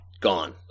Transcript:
gone